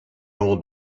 old